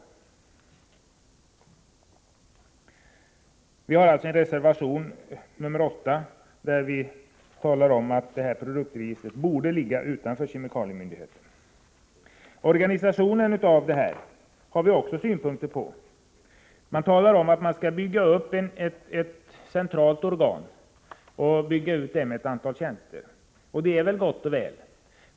Detta tar vi upp i reservation 8, där vi anför att produktregistret borde ligga utanför kemikaliemyndigheten. Vi har även synpunkter på organisationen av registret. Utskottsmajoriteten anser att man skall bygga upp ett centralt organ och bygga ut det med ett antal tjänster. Det är väl gott och väl.